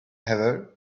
heather